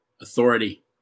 authority